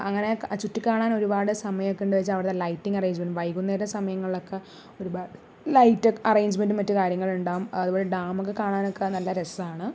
അങ്ങനെ ചുറ്റിക്കാണാനൊരുപാട് സമയമൊക്കെ ഉണ്ട് വെച്ചാൽ അവിടെത്തെ ലൈറ്റിംഗ് അറേജ്മെൻ്റ്സ് വെകുന്നേര സമയങ്ങളിലൊക്കെ ഒരുപാട് ലൈറ്റൊക്കെ അറേജ്മെൻറ്റും മറ്റ് കാര്യങ്ങളും ഇണ്ടാവും അതുപോലെ ഡാമൊക്കെ കാണാനൊക്കെ നല്ല രസമാണ്